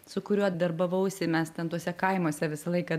su kuriuo darbavausi mes ten tuose kaimuose visą laiką